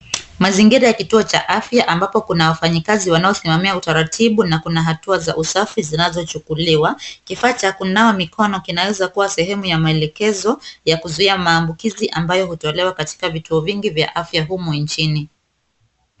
Mazingira ikiwa cha afya ambapo kuna wafanyakazi wanaosimamia utaratibu na kuna hatua za usafi zinazochukuliwa. Kifaa cha kunawa mikono kinaweza kuwa sehemu ya maelekezo ya kuzuia maambukizi ambayo hutolewa katika vituo vingi vya afya humu nchini.